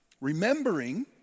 Remembering